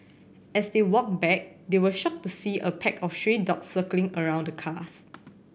as they walked back they were shocked to see a pack of stray dogs circling around the cars